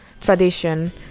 tradition